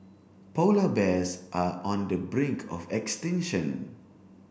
polar bears are on the brink of extinction